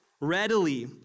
readily